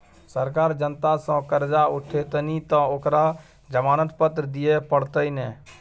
सरकार जनता सँ करजा उठेतनि तँ ओकरा जमानत पत्र दिअ पड़तै ने